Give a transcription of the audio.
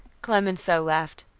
clemenceau laughed.